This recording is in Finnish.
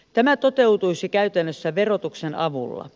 tämä toteutuisi käytännössä verotuksen avulla